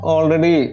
Already